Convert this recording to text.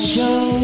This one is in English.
Show